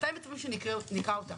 מתי מצפים שנקרא אותה?